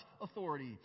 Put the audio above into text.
authority